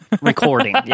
recording